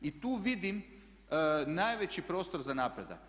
I tu vidim najveći prostor za napredak.